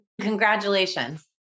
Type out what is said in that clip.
Congratulations